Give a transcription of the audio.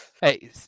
Hey